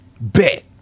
Bet